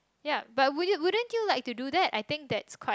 ya but would you wouldn't you like to do that I think that's quite